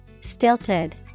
Stilted